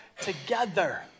together